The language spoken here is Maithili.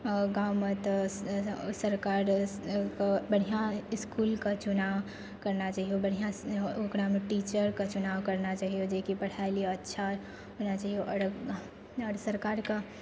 गाँवमे तऽ सरकारके बढ़िआँ इसकुलके चुनाव करना चाही बढ़िआँसँ ओकरामे टीचरके चुनाव करना चाही जे कि पढ़ाइ लिए अच्छा होना चाहिए आओर सरकारके